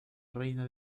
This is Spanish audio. reina